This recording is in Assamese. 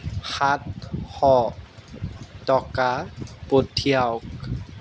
সাতশ টকা পঠিয়াওক